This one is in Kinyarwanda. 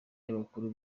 y’abakuru